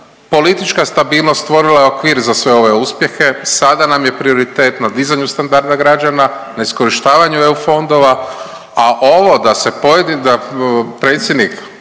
politička stabilnost stvorila je okvir za sve ove uspjehe sada nam je prioritet na dizanju standarda građana, na iskorištavanju EU fondova, a ovo da se pojedini, da predsjednik